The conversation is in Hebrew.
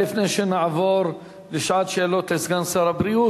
לפני שנעבור לשעת שאלות לסגן שר הבריאות,